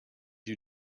you